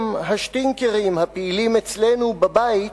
הם השטינקרים הפעילים אצלנו בבית,